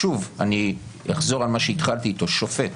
שוב, אני אחזור על מה שהתחלתי איתו ואומר ששופט,